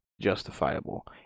justifiable